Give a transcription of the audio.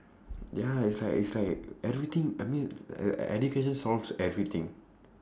ya it's like it's like everything I mean e~ education solves everything